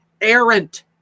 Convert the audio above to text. errant